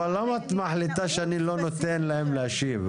אבל למה את מחליטה שאני לא נותן להם להשיב,